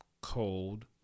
cold